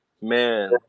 man